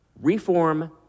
Reform